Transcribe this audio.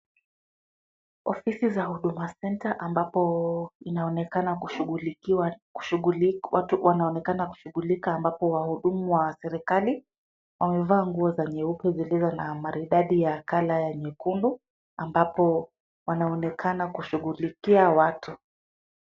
Ofisi za huduma center ambapo watu wanaonekana kushughulika ambapo wahudumu wa serikali wamevaa nguo za nyeupe zilizo na maridadi ya kala ya nyekundu ambapo wanaonekana kushughulikia watu.